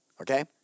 Okay